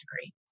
degree